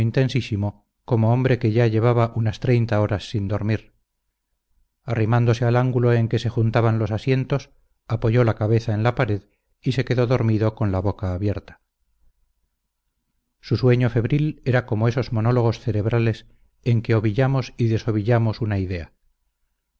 intensísimo como hombre que ya llevaba unas treinta horas sin dormir arrimándose al ángulo en que se juntaban los asientos apoyó la cabeza en la pared y se quedó dormido con la boca abierta su sueño febril era como esos monólogos cerebrales en que ovillamos y desovillamos una idea